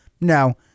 No